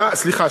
סליחה,